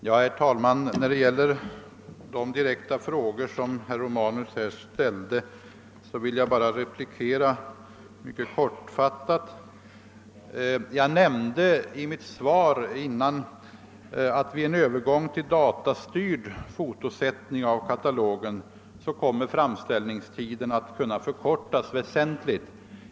Herr talman! Jag vill svara mycket kortfattat på de direkta frågor som herr I mitt svar nämnde jag att vid en övergång till datastyrd fotosättning av katalogen kommer framställningstiden att kunna förkortas väsentligt.